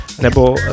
nebo